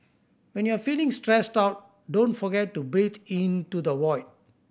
when you are feeling stressed out don't forget to breathe into the void